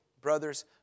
brothers